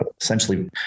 essentially